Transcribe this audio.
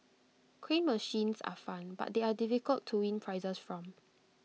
crane machines are fun but they are difficult to win prizes from